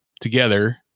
together